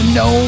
no